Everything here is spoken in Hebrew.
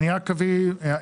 טוב.